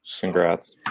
Congrats